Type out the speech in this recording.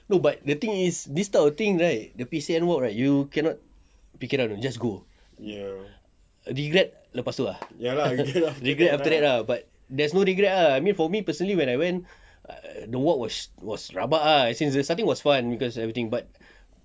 no but the thing is this type of thing right the P_C_N walk right you cannot pikiran you know just go regret lepas tu ah regret after that ah but there's no regret ah I mean for me personally when I went err the walk was was rabak ah the starting was fun cause everything but